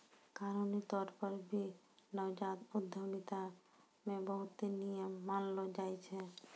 कानूनी तौर पर भी नवजात उद्यमिता मे बहुते नियम मानलो जाय छै